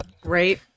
Great